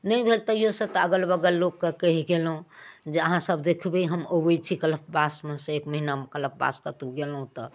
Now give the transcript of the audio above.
नहि भेल तैयो से तऽ अगल बगल लोकके कहि गेलहुँ जे अहाँ सब देखबै हम अबै छी कल्पवासमे सँ एक महीना कल्पवास कतौ गेलहुँ तऽ